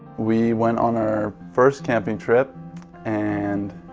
we went on our first camping trip and